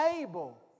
able